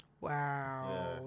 Wow